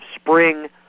spring